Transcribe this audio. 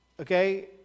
okay